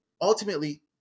ultimately